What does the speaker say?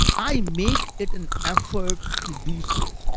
i make it an effort to do so.